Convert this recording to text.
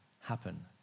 happen